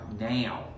now